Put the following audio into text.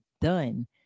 done